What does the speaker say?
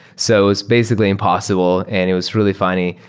so it's basically impossible and it was really funny.